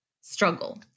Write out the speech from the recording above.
Struggle